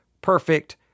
perfect